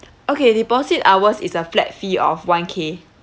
okay deposit ours is a flat fee of one K